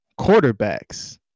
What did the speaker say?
quarterbacks